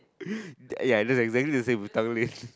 ya that's exactly the same as Tanglin